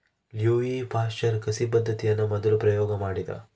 Louis Pasteur ಕಸಿ ಪದ್ದತಿಯನ್ನು ಮೊದಲು ಪ್ರಯೋಗ ಮಾಡಿದ